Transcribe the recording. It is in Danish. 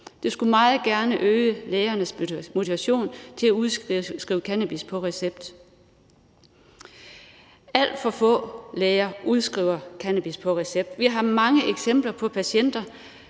Det skulle meget gerne øge lægernes motivation til at udskrive cannabis på recept. Alt for få læger udskriver cannabis på recept. Vi har mange eksempler på patienter,